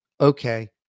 okay